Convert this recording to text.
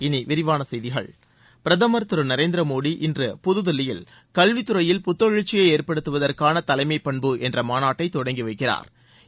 இனி விரிவான செய்திகள் பிரதமா் திரு நரேந்திர மோடி இன்று புதுதில்லியில் கல்வித் துறையில் புத்தெழுச்சியை ஏற்படுத்துவதற்கான தலைமைப் பண்பு என்ற மாநாட்டை தொடங்கி வைக்கிறா்